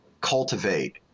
cultivate